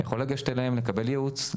יכול לגשת אליהם הוא יקבל ייעוץ,